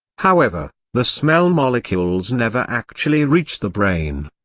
however, the smell molecules never actually reach the brain.